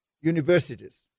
universities